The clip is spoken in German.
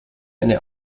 eine